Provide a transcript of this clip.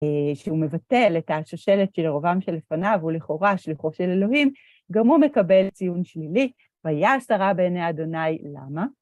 שהוא מבטל את השושלת של ירבעם שלפניו, הוא לכאורה שליחו של אלוהים, גם הוא מקבל ציון שלילי. "ויעש הרע בעיני ה'" - למה?